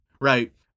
right